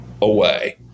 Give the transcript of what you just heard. away